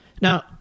Now